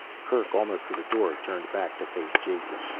kerk, almost to the door, turned back to face jason.